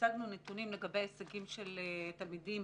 הצגנו נתונים לגבי הישגים של תלמידי